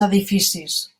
edificis